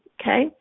Okay